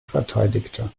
verteidigte